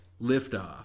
Liftoff